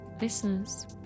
listeners